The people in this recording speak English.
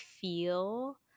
feel –